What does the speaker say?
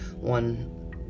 one